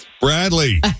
Bradley